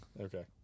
Okay